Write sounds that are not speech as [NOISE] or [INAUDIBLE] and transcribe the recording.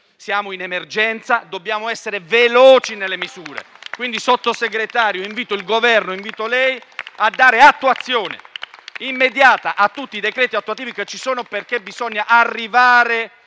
Siamo in emergenza, dobbiamo essere veloci nelle misure. [APPLAUSE] Quindi, Sottosegretario, invito lei e il Governo a dare attuazione immediata a tutti i decreti attuativi che ci sono, perché bisogna arrivare